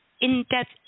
in-depth